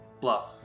Bluff